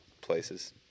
places